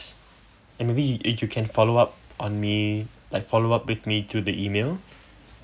and we if you can follow up on me like follow up with me to the email